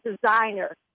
designer